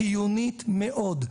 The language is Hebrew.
חיונית מאוד,